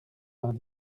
vingt